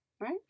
right